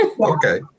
Okay